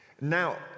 Now